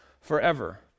forever